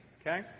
Okay